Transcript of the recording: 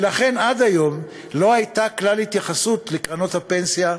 ולכן עד היום לא הייתה התייחסות לקרנות הפנסיה כלל.